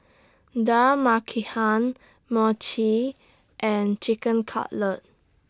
Dal Makhani Mochi and Chicken Cutlet